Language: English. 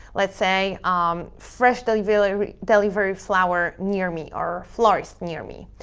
let's say um fresh delivery like delivery flower near me or florist near me.